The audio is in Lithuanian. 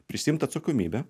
prisiimt atsakomybę